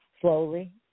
slowly